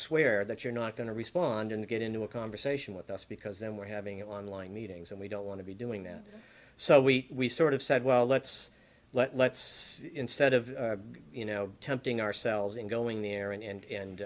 swear that you're not going to respond and get into a conversation with us because then we're having it online meetings and we don't want to be doing that so we sort of said well let's let's instead of you know tempting ourselves in going there and and